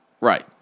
Right